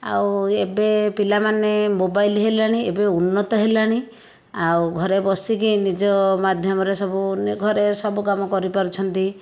ଆଉ ଏବେ ପିଲାମାନେ ମୋବାଇଲ ହେଲାଣି ଏବେ ଉନ୍ନତ ହେଲାଣି ଆଉ ଘରେ ବସିକି ନିଜ ମାଧ୍ୟମରେ ସବୁ ଘରେ ସବୁ କାମ କରି ପାରୁଛନ୍ତି